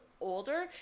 older